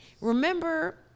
Remember